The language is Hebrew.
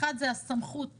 האחד זה הסמכות לרשות,